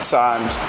times